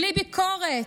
בלי ביקורת.